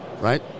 right